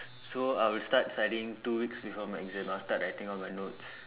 so I will start studying two weeks before my exam I will start writing all my notes